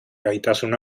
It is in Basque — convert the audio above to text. gaitasun